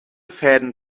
fäden